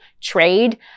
trade